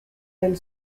del